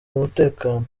umutekano